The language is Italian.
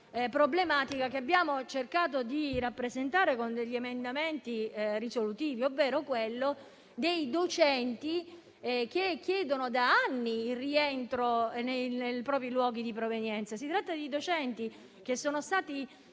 tematica, che abbiamo cercato di rappresentare con degli emendamenti risolutivi, ovvero quella dei docenti che chiedono da anni il rientro nei propri luoghi di provenienza. Si tratta di docenti che sono stati